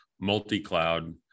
multi-cloud